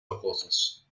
rocosos